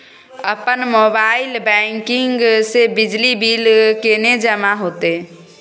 अपन mobile banking से बिजली बिल केने जमा हेते?